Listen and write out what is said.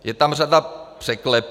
Je tam řada překlepů.